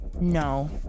No